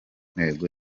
ntego